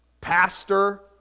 Pastor